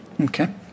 Okay